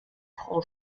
frau